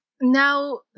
now